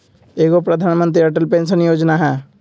एगो प्रधानमंत्री अटल पेंसन योजना है?